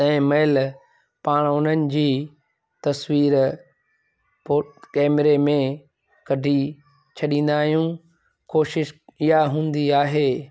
तंहिं महिल पाण उन्हनि जी तस्वीर फो कैमरे में कढी छॾींदा आहियूं कोशिश इहा हूंदी आहे